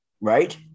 Right